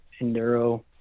enduro